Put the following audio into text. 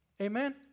Amen